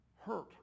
hurt